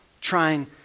trying